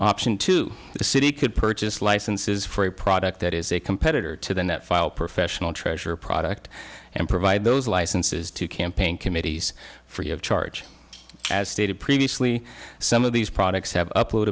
option two the city could purchase licenses for a product that is a competitor to the net file professional treasure product and provide those licenses to campaign committees free of charge as stated previously some of these products have